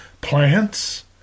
plants